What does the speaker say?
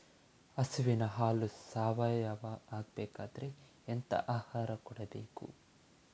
ಹಸುವಿನ ಹಾಲು ಸಾವಯಾವ ಆಗ್ಬೇಕಾದ್ರೆ ಎಂತ ಆಹಾರ ಕೊಡಬೇಕು?